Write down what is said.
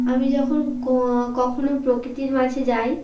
আমি যখন কখনও প্রকৃতির মাঝে যাই